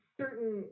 certain